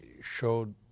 showed